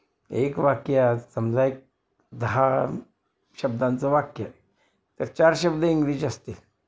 एक वाक्यात समजा एक दहा शब्दांचं वाक्य तर चार शब्द इंग्रजी असतील